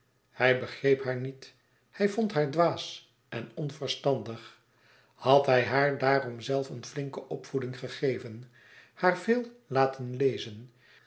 hij begreep haar niet hij vond haar dwaas en onverstandig had hij haar daarom zelf eene flinke opvoeding gegeven haar veel laten lezen